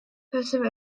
passive